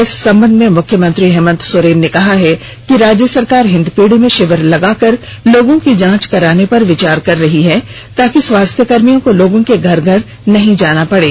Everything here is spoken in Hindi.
इस संबंध में मुख्यमंत्री हेमंत सोरेन ने कहा है कि राज्य सरकार हिन्दपीढ़ी में शिविर लगाकर लोगों की जांच कराने पर विचार कर रही है ताकि स्वास्थ्यकर्भियों को लोगों के घर घर नहीं जाना पड़े